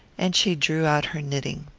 and she drew out her knitting.